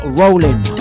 rolling